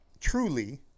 truly